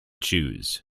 choose